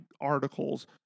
articles